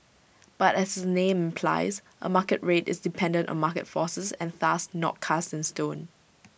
but as the name implies A market rate is dependent on market forces and thus not cast in stone